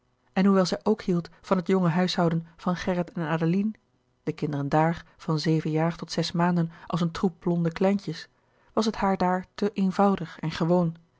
en hoewel zij ook hield van het jonge huishouden van gerrit en adeline de kinderen daar van zeven jaar tot zes maanden als een troep blonde kleintjes was het haar daar te eenvoudig en gewoon